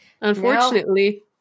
unfortunately